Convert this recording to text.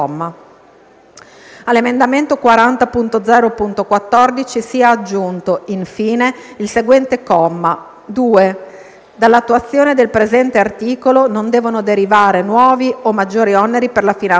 all'emendamento 40.0.14 sia aggiunto, infine, il seguente comma: "2. Dall'attuazione del presente articolo non devono derivare nuovi o maggiori oneri per la finanza pubblica.";